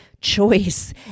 choice